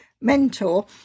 mentor